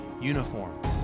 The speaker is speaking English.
uniforms